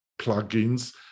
plugins